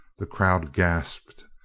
the crowd gasped,